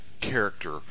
character